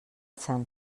sant